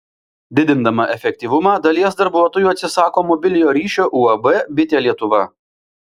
didindama efektyvumą dalies darbuotojų atsisako mobiliojo ryšio uab bitė lietuva